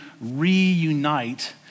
reunite